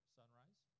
sunrise